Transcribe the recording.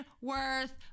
worth